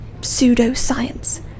pseudo-science